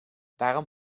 waarom